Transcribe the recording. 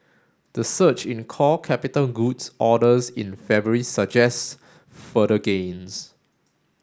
the surge in core capital goods orders in February suggests further gains